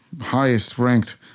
highest-ranked